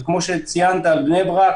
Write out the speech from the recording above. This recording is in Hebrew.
וכמו שציינת לגבי בני ברק,